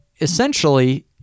essentially